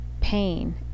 pain